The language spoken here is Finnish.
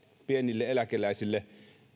pienille eläkeläisille